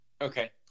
okay